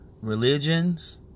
religions